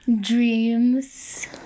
dreams